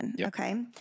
Okay